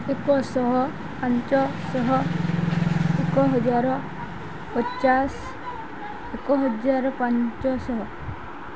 ଏକଶହ ପାଞ୍ଚଶହ ଏକ ହଜାର ପଚାଶ ଏକ ହଜାର ପାଞ୍ଚଶହ